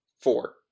Four